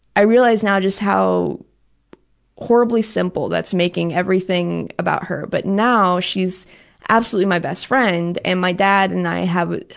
i realize now just how horribly simple that's making everything about her. but now she absolutely my best friend, and my dad and i have,